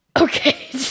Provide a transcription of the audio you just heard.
okay